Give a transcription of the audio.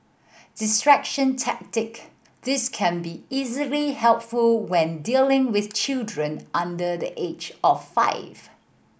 distraction tactic this can be easily helpful when dealing with children under the age of five